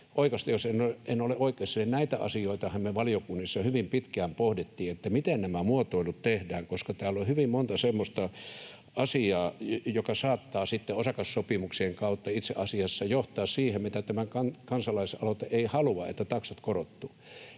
oikaista, jos en ole oikeassa — valiokunnassa hyvin pitkään pohdittiin, sitä, miten nämä muotoilut tehdään, koska täällä on hyvin monta semmoista asiaa, jotka saattavat sitten osakassopimuksien kautta itse asiassa johtaa siihen, mitä tämä kansalaisaloite ei halua eli siihen, että taksat korottuvat.